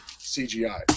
CGI